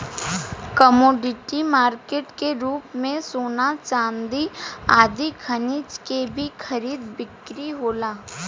commodity market के रूप में सोना चांदी आदि खनिज के भी खरीद बिक्री होला